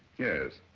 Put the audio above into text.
yes.